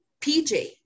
PJ